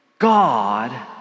God